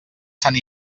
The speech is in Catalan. sant